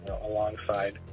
alongside